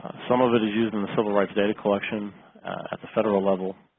some of it is used in the civil rights data collection at the federal level